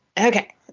Okay